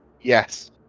Yes